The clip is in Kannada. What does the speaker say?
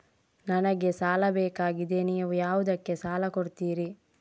ನನಗೆ ಸಾಲ ಬೇಕಾಗಿದೆ, ನೀವು ಯಾವುದಕ್ಕೆ ಸಾಲ ಕೊಡ್ತೀರಿ?